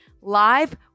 live